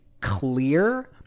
clear